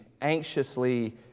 anxiously